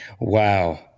Wow